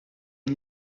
aon